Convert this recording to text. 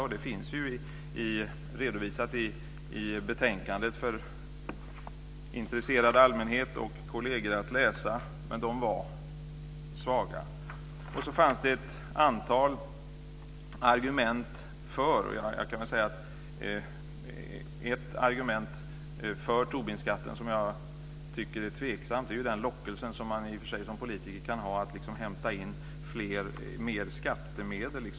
Detta finns också redovisat i betänkandet för intresserad allmänhet och kolleger att läsa. Argumenten var alltså svaga. Det finns alltså ett antal argument för Tobinskatten. Ett som jag tycker är tveksamt är den lockelse som man i och för sig kan känna som politiker att hämta in mer skattemedel.